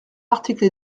articles